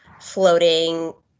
floating